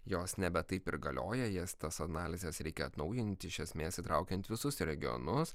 jos nebe taip ir galioja jas tas analizes reikia atnaujint iš esmės įtraukiant visus regionus